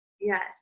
Yes